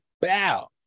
Bow